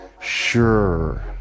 sure